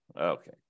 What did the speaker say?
Okay